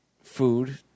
food